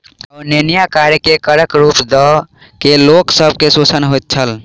अवेत्निया कार्य के करक रूप दय के लोक सब के शोषण होइत छल